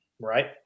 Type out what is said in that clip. right